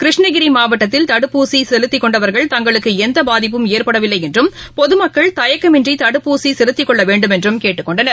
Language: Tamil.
கிருஷ்ணகிரிமாவட்டத்தில் தடுப்பூசிசெலுத்திக் கொண்டவர்கள் தங்களுக்குஎந்தபாதிப்பும் ஏற்படவில்லைஎன்றும் பொதுமக்கள் தயக்கமின்றிதடுப்பூசிசெலுத்திக் கொள்ளவேண்டுமென்றும் கேட்டுக் கொண்டனர்